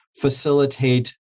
facilitate